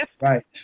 Right